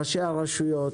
ראשי הרשויות,